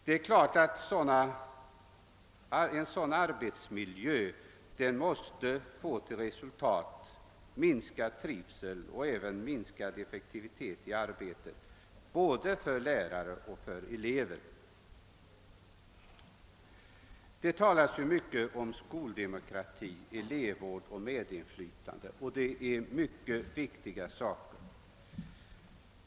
Det är klart att en sådan arbetsmiljö måste resultera i minskad trivsel och minskad effektivitet i arbetet både för lärare och för elever. Det talas ju mycket om skoldemokrati, elevvård och medinflytande, och det är viktiga saker.